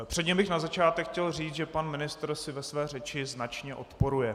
Předně bych na začátek chtěl říct, že pan ministr si ve své řeči značně odporuje.